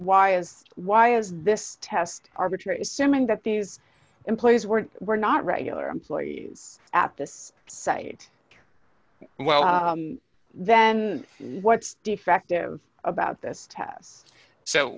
is why is this test arbitrary assuming that these employees were were not regular employees at this site well then what's defective about this test so